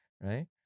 right